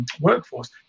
workforce